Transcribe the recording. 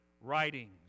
writings